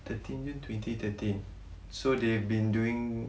thirteen june twenty thirteen so they've been doing